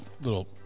little